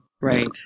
Right